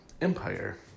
Empire